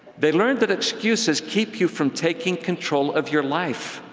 they learned that excuses keep you from taking control of your life.